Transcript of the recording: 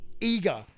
eager